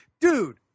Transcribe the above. Dude